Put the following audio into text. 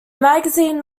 magazine